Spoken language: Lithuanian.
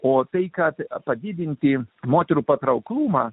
o tai kad padidinti moterų patrauklumą